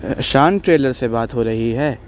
شان ٹریلر سے بات ہو رہی ہے